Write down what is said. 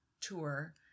tour